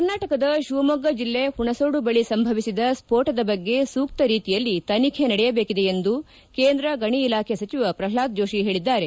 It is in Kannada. ಕರ್ನಾಟಕದ ಶಿವಮೊಗ್ಗ ಜಿಲ್ಲೆ ಹುಣಸೋಡು ಬಳಿ ಸಂಭವಿಸಿದ ಸ್ಫೋಟದ ಬಗ್ಗೆ ಸೂಕ್ತ ರೀತಿಯಲ್ಲಿ ತನಿಖೆ ನಡೆಯಬೇಕಿದೆ ಎಂದು ಕೇಂದ್ರ ಗಣಿ ಇಲಾಖೆ ಸಚಿವ ಪ್ರಹ್ಲಾದ ಜೋಶಿ ಹೇಳಿದ್ದಾರೆ